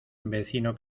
vecino